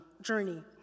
journey